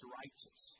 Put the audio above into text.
righteous